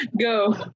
Go